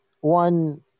one